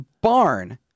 barn